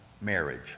marriage